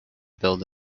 build